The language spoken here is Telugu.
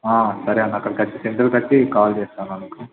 సరే అన్న అక్కడకు వచ్చి సెంటర్కు వచ్చి కాల్ చేస్తాను అన్న మీకు